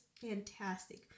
fantastic